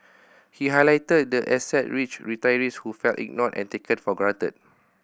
he highlighted the asset rich retirees who felt ignored and taken for granted